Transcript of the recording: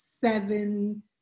seven